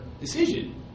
decision